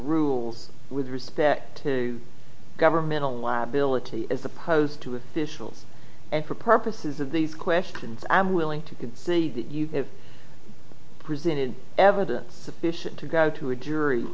rules with respect to governmental liability as opposed to a fish kills and for purposes of these questions i'm willing to see that you have presented evidence sufficient to go to a jury